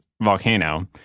volcano